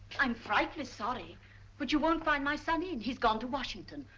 i'm frightfully sorry but you've won't find my son in he's gone to washington.